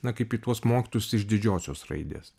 na kaip į tuos mokytojus iš didžiosios raidės